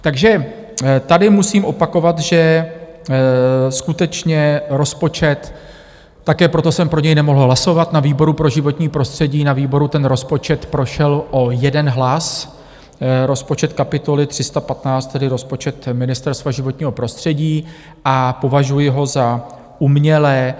Takže tady musím opakovat, že skutečně rozpočet také proto jsem pro něj nemohl hlasovat na výboru pro životní prostředí, na výboru ten rozpočet prošel o jeden hlas rozpočet kapitoly 315, tedy rozpočet Ministerstva životního prostředí, považuji za uměle nafouknutý.